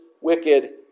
wicked